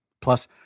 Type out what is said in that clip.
Plus